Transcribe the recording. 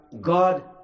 God